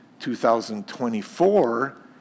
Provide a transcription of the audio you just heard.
2024